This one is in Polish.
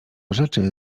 rzeczy